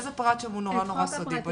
איזה פרט שם הוא נורא נורא סודי?